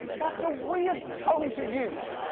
that's a weird tone to use.